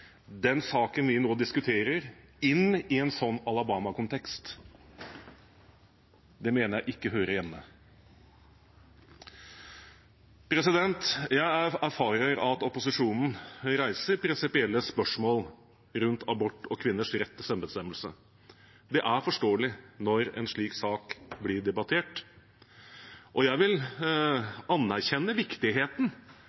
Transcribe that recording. den saken vi nå diskuterer, inn i en sånn Alabama-kontekst. Det hører ingen steder hjemme, mener jeg. Jeg erfarer at opposisjonen reiser prinsipielle spørsmål rundt abort og kvinners rett til selvbestemmelse. Det er forståelig når en slik sak blir debattert, og jeg vil